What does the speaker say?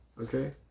Okay